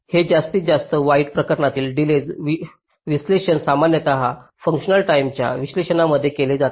हे जास्तीत जास्त वाईट प्रकरणातील डिलेज विश्लेषण सामान्यत फूंकशनल टाईमच्या विश्लेषणामध्ये केले जाते